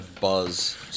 buzz